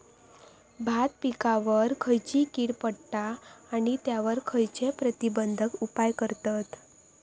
भात पिकांवर खैयची कीड पडता आणि त्यावर खैयचे प्रतिबंधक उपाय करतत?